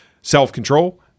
Self-control